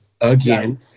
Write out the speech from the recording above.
again